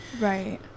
right